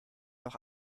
noch